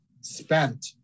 spent